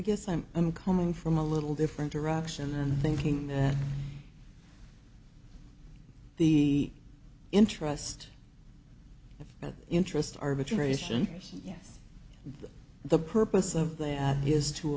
guess i'm i'm coming from a little different direction and thinking that the interest of interest arbitration yes the purpose of that is to